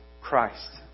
Christ